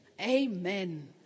Amen